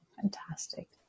Fantastic